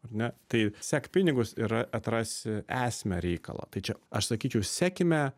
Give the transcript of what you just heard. ar ne tai sek pinigus ir atrasi esmę reikalo tai čia aš sakyčiau sekime